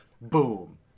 Boom